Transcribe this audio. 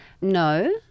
No